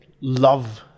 love